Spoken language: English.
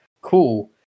Cool